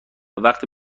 وقتی